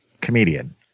comedian